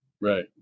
Right